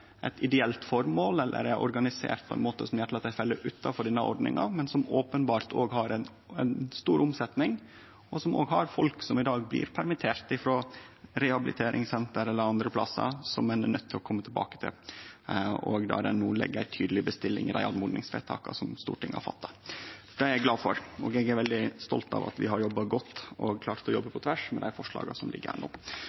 eit ideelt formål, eller som er organiserte på ein måte som gjer at dei fell utanfor denne ordninga, men som openbert har ei stor omsetjing og folk som i dag blir permitterte, frå rehabiliteringssenter eller andre plassar. Ein er nøydd til å kome tilbake til desse, og det ligg no ei tydeleg bestilling i dei oppmodingsvedtaka som Stortinget har fatta. Det er eg glad for, og eg er veldig stolt av at vi har jobba godt og har klart å jobbe